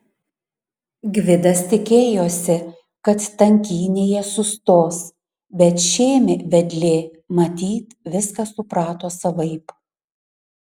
gvidas tikėjosi kad tankynėje sustos bet šėmė vedlė matyt viską suprato savaip